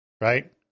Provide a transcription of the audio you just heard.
Right